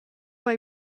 hai